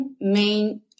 main